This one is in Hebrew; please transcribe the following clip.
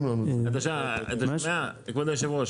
כבוד היושב-ראש,